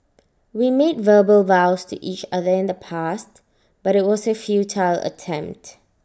we made verbal vows to each other in the past but IT was A futile attempt